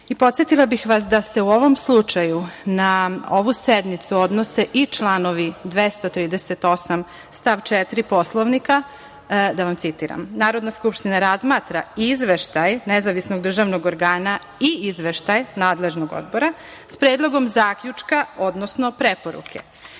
i podsetila bih vas da se u ovom slučaju na ovu sednicu odnose i članovi 238. stav 4. Poslovnika , da vam citiram – Narodna skupština razmatra izveštaj nezavisnog državnog organa i izveštaj nadležnog Odbora sa predlogom zaključka, odnosno preporuke,